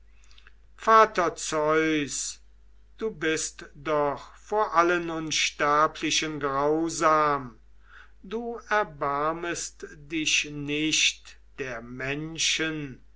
vater zeus du bist doch vor allen unsterblichen grausam du erbarmest dich nicht der menschen